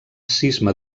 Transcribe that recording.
cisma